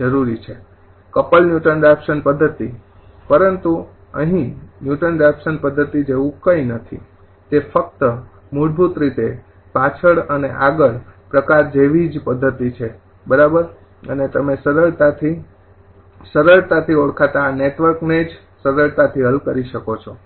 જરૂરી છે coupled Newton Raphson પદ્ધતિ પરંતુ અહીં ન્યુટન રાફશન પદ્ધતિ જેવુ કંઈ નથી તે ફક્ત મૂળભૂત રીતે પાછડ અને આગળ પ્રકાર જેવી જ પદ્ધતિ છે બરાબર અને તમે સરળતાથી સરળતાથી ઓળખાતા આ નેટવર્કને જ સરળતાથી હલ કરી શકો છો